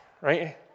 right